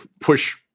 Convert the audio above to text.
push